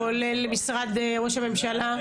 כולל משרד ראש הממשלה?